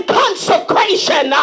consecration